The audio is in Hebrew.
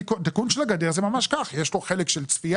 בתיקון של הגדר זה ממש כך, יש לו חלק של צפייה.